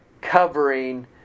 covering